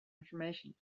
information